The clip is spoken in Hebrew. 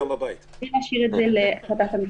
בלי להשאיר את זה להחלטת המשטרה.